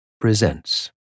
presents